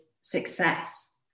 success